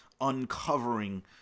uncovering